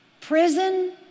prison